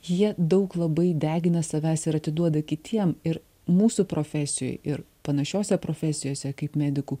jie daug labai degina savęs ir atiduoda kitiem ir mūsų profesijoj ir panašiose profesijose kaip medikų